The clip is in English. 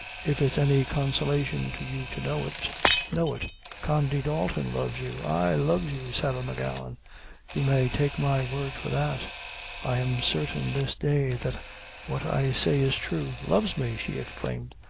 if it's any consolation to you to know it know it condy dalton loves you ay, loves you, sarah m'gowan you may take my word for that i am certain this day that what i say is true. loves me! she exclaimed.